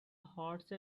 horse